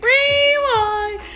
Rewind